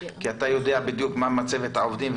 כי אתה יודע בדיוק מה מצבת העובדים.